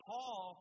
Paul